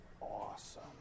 awesome